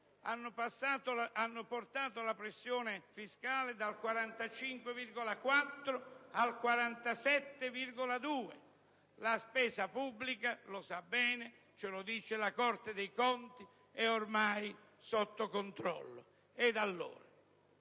hanno portato la pressione fiscale dal 45,4 al 47,2 per cento. La spesa pubblica - lo sa bene, ce lo dice la Corte dei conti - è ormai fuori controllo.